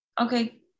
Okay